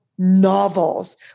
novels